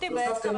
הוספתם